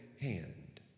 hand